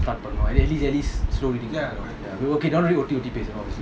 start at least at least slow reading okay okay don't really O_T_O_T pace you know